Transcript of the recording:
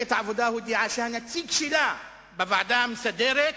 שהנציג שלה בוועדה המסדרת,